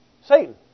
Satan